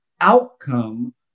outcome